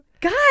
guys